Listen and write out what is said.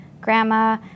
grandma